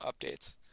updates